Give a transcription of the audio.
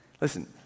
Listen